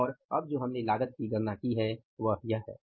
और अब जो हमने लागत की गणना की है वह यह है